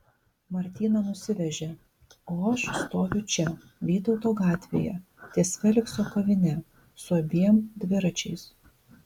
martyną nusivežė o aš stoviu čia vytauto gatvėje ties felikso kavine su abiem dviračiais